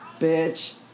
Bitch